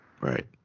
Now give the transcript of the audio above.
right